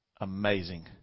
Amazing